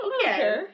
Okay